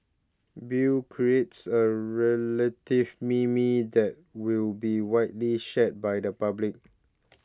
Bill creates a relative meme that will be widely shared by the public